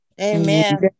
Amen